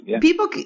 people